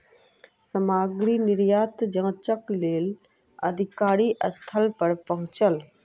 सामग्री निर्यात जांचक लेल अधिकारी स्थल पर पहुँचल